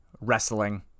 wrestling